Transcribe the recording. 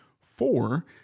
four